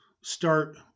start